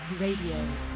Radio